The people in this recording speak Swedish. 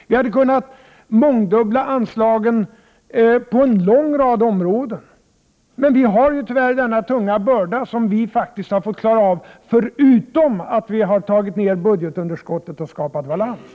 Vi hade kunnat mångdubbla anslaget till en lång rad områden. Men vi har tyvärr denna tunga börda som vi faktiskt har fått klara av, förutom att vi har fått ner budgetunderskottet och skapat balans.